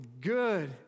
good